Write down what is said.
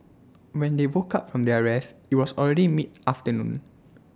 when they woke up from their rest IT was already midafternoon